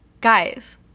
Guys